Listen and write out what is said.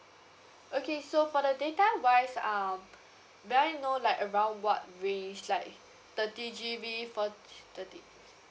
okay so for the data wise um may I know like around what really is like thirty G_B forty thirty